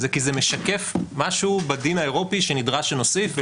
זה כי זה משקף משהו בדין האירופי שנדרש שנוסיף.